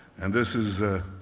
and this is a